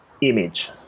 image